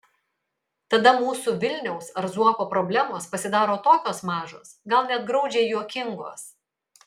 tada mūsų vilniaus ar zuoko problemos pasidaro tokios mažos gal net graudžiai juokingos